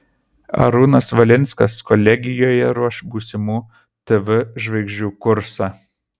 arūnas valinskas kolegijoje ruoš būsimų tv žvaigždžių kursą